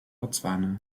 botswana